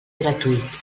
gratuït